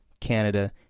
Canada